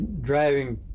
driving